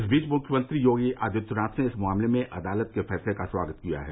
इस बीच मुख्यमंत्री योगी आदित्यनाथ ने इस मामले में अदालत के फैसले का स्वागत किया है